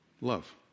Love